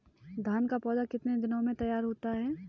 धान का पौधा कितने दिनों में तैयार होता है?